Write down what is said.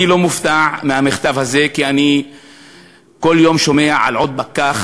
אני לא מופתע מהמכתב הזה כי אני כל יום שומע על עוד פקח